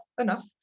enough